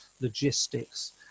logistics